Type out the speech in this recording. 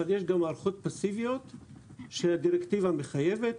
אבל יש גם מערכות פאסיביות שהדירקטיבה מחייבת,